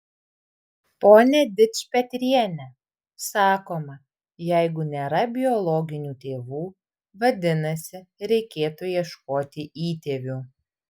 pone dičpetriene sakoma jeigu nėra biologinių tėvų vadinasi reikėtų ieškoti įtėvių